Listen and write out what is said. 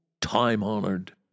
time-honored